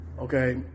Okay